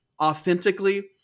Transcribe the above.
authentically